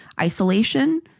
Isolation